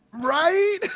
Right